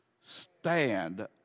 stand